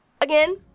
Again